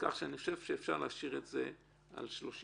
כך שאני חושב שאפשר להשאיר את זה על 30%,